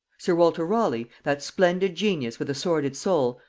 sir walter raleigh, that splendid genius with a sordid soul,